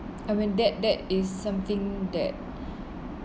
and when that that is something that